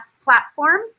platform